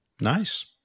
Nice